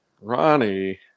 Ronnie